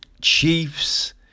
Chiefs